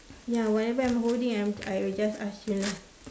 ya whatever I'm holding I I will just ask you lah